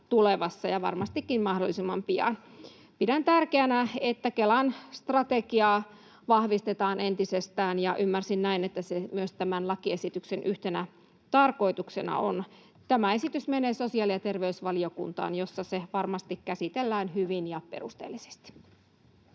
tulevassa ja varmastikin mahdollisimman pian. Pidän tärkeänä, että Kelan strategiaa vahvistetaan entisestään, ja ymmärsin, että se myös tämän lakiesityksen yhtenä tarkoituksena on. Tämä esitys menee sosiaali- ja terveysvaliokuntaan, jossa se varmasti käsitellään hyvin ja perusteellisesti.